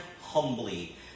humbly